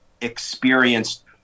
experienced